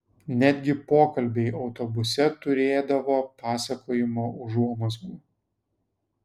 netgi pokalbiai autobuse turėdavo pasakojimo užuomazgų